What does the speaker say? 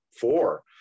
Four